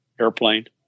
airplane